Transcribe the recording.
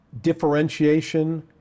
differentiation